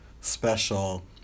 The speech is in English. special